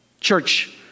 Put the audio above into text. Church